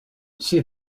she